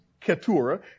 Keturah